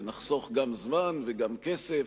ונחסוך גם זמן וגם כסף